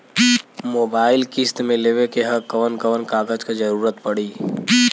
Mobile किस्त मे लेवे के ह कवन कवन कागज क जरुरत पड़ी?